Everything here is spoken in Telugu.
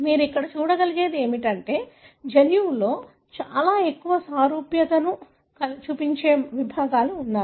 మీరు ఇక్కడ చూడగలిగేది ఏమిటంటే జన్యువులో చాలా ఎక్కువ సారూప్యతను చూపించే విభాగాలు ఉన్నాయి